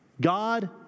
God